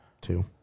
two